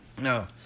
No